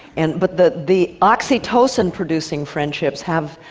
and but the the oxytocin-producing friendships have.